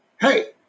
Hey